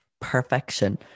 Perfection